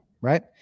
Right